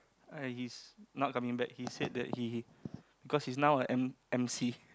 uh he's not coming back he said that he cause he's now on em~ emcee